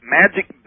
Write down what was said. magic